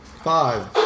Five